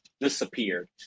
disappeared